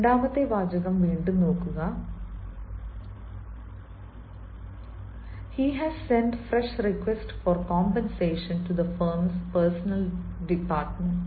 രണ്ടാമത്തെ വാചകം വീണ്ടും നോക്കുക " he has sent a fresh request for for compensation to the for personnel department